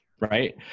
right